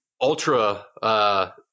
ultra-